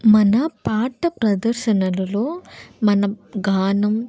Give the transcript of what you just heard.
మన పాట ప్రదర్శనలలో మన గానం